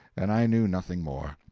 and i knew nothing more.